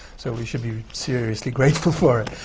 so we should be seriously grateful for it.